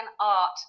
art